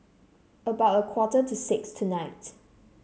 about a quarter to six tonight